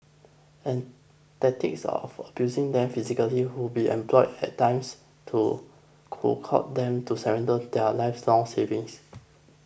and tactics of abusing them physically would be employed at times to them to surrender their lifelong savings